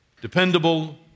dependable